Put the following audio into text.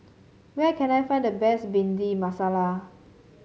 where can I find the best Bhindi Masala